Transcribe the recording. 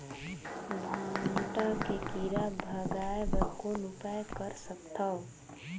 भांटा के कीरा भगाय बर कौन उपाय कर सकथव?